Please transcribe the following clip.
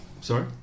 Sorry